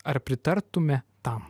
ar pritartume tam